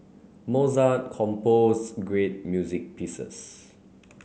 Mozart composed great music pieces